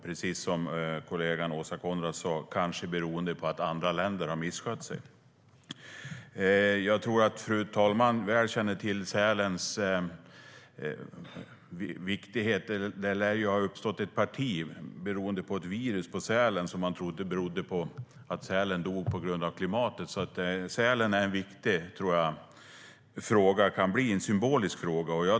Precis som kollegan Åsa Coenraads sa är det kanske beroende på att andra länder har misskött sig. Jag tror att fru talmannen väl känner till hur viktig sälen är. Det lär har uppstått ett parti beroende på ett virus på sälen där man trodde att sälen dog på grund av klimatet. Frågan om sälen är viktig och kan bli en symbolisk fråga.